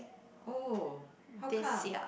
oh how come